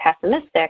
pessimistic